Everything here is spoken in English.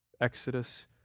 Exodus